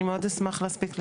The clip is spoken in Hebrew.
אני מאוד אשמח להספיק לדבר.